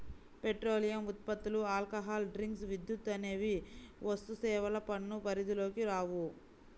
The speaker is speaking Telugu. పెట్రోలియం ఉత్పత్తులు, ఆల్కహాల్ డ్రింక్స్, విద్యుత్ అనేవి వస్తుసేవల పన్ను పరిధిలోకి రావు